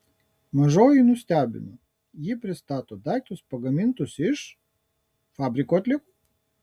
mažoji nustebino ji pristato daiktus pagamintus iš fabriko atliekų